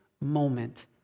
moment